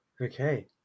Okay